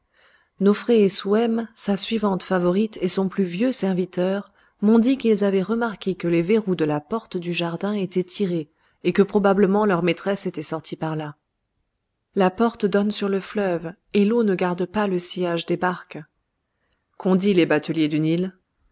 cacher nofré et souhem sa suivante favorite et son plus vieux serviteur m'ont dit qu'ils avaient remarqué que les verrous de la porte du jardin étaient tirés et que probablement leur maîtresse était sortie par là la porte donne sur le fleuve et l'eau ne garde pas le sillage des barques qu'ont dit les bateliers du nil